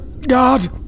god